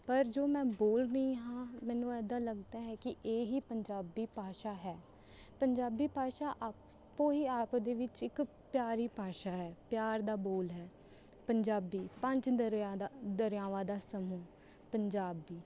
ਪਰ ਜੋ ਮੈਂ ਬੋਲਦੀ ਹਾਂ ਮੈਨੂੰ ਇਦਾਂ ਲੱਗਦਾ ਹੈ ਕਿ ਇਹ ਹੀ ਪੰਜਾਬੀ ਭਾਸ਼ਾ ਹੈ ਪੰਜਾਬੀ ਭਾਸ਼ਾ ਆਪੋ ਹੀ ਆਪ ਦੇ ਵਿੱਚ ਇੱਕ ਪਿਆਰੀ ਭਾਸ਼ਾ ਹੈ ਪਿਆਰ ਦਾ ਬੋਲ ਹੈ ਪੰਜਾਬੀ ਪੰਜ ਦਰਿਆ ਦਾ ਦਰਿਆਵਾਂ ਦਾ ਸਮੂਹ ਪੰਜਾਬੀ